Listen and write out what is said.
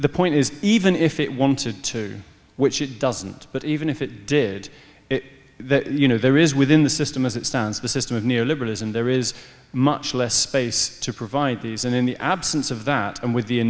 the point is even if it wanted to which it doesn't but even if it did it you know there is within the system as it stands the system of near liberalism there is much less space to provide these and in the absence of that and with the